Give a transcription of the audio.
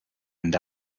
and